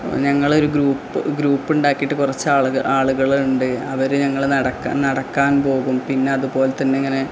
ഞങ്ങള് ഒരു ഗ്രൂപ്പ് ഗ്രൂപ്പുണ്ടാക്കിയിട്ട് കുറച്ച് ആളുകള് ഉണ്ട് അവര് ഞങ്ങള് നടക്കാൻ പോകും പിന്നെ അതുപോലെതന്നെ ഇങ്ങനെ